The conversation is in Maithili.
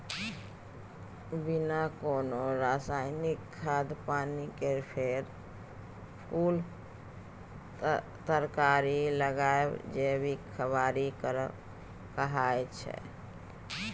बिना कोनो रासायनिक खाद पानि केर फर, फुल तरकारी लगाएब जैबिक बारी करब कहाइ छै